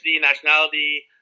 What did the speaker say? nationality